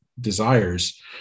desires